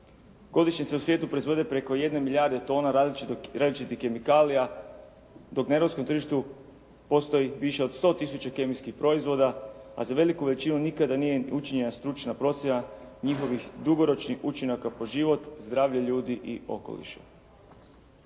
Godišnje se u svijetu proizvede preko jedne milijarde tona različitih kemikalija dok na europskom tržištu postoji više od 100 tisuća kemijskih proizvoda a za veliku većinu nikada nije učinjena stručna procjena njihovih dugoročnih učinaka po život, zdravlje ljudi i okoliš.